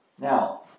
Now